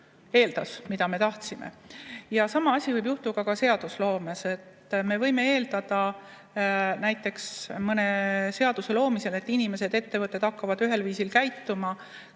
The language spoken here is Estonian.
eeldas, nagu me tahtsime. Sama asi võib juhtuda ka seadusloomes. Me võime eeldada näiteks mõne seaduse loomisel, et inimesed või ettevõtted hakkavad ühel viisil käituma,